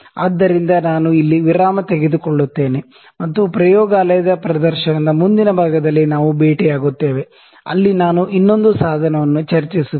ಆದ್ದರಿಂದ ನಾನು ಇಲ್ಲಿ ವಿರಾಮ ತೆಗೆದುಕೊಳ್ಳುತ್ತೇನೆ ಮತ್ತು ಪ್ರಯೋಗಾಲಯದ ಪ್ರದರ್ಶನದ ಮುಂದಿನ ಭಾಗದಲ್ಲಿ ನಾವು ಭೇಟಿಯಾಗುತ್ತೇವೆ ಅಲ್ಲಿ ನಾನು ಇನ್ನೊಂದು ಸಾಧನವನ್ನು ಚರ್ಚಿಸುತ್ತೇನೆ